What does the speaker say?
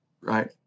right